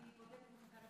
אדוני היושב-ראש,